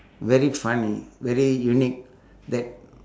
very funny very unique that